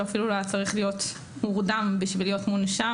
אפילו לא היה צריך להיות מורדם בשביל להיות מונשם,